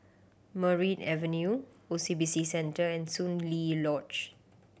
Merryn Avenue O C B C Centre and Soon Lee Lodge